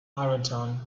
ironton